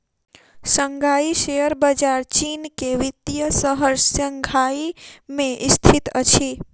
Shanghai share बजार चीन के वित्तीय शहर शंघाई में स्थित अछि